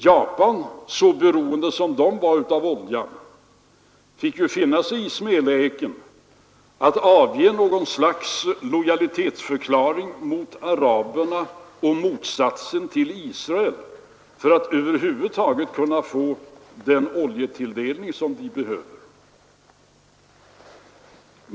Japan — så beroende som det var av oljan — fick finna sig i smäleken att avge något slags lojalitetsförklaring till araberna och motsatsen till Israel för att över huvud taget få den oljetilldelning som landet behöver.